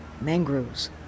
mangroves